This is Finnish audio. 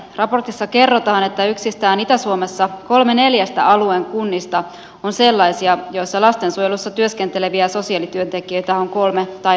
raportissa kerrotaan että yksistään itä suomessa kolme neljästä alueen kunnista on sellaisia joissa lastensuojelussa työskenteleviä sosiaalityöntekijöitä on kolme tai vähemmän